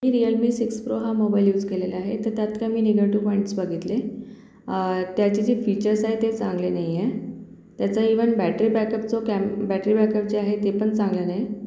मी Realme six Pro हा mobile use केलेला आहे तर त्यात काही मी निगेटिव पॉईंट्स बघितले त्याचे जे फीचर्स आहे ते चांगले नाही आहे त्याचा इवन बॅटरी बॅकअप जो कॅम बॅटरी बॅकअप जे आहे ते पण चांगले नाही